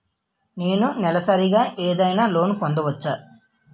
నేను నెలసరిగా ఏదైనా లోన్ పొందవచ్చా?